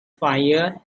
fire